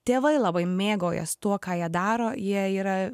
tėvai labai mėgaujas tuo ką jie daro jie yra